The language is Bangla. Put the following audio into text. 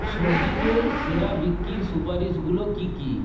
সবজিতে সেরা বিক্রির সুপারিশগুলো কী কী